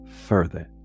further